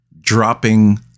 dropping